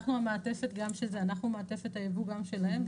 אנחנו מעטפת היבוא גם שלהם,